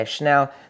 Now